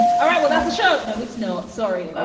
all right. well, that's the show. no, it's. no sorry.